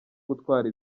gutwara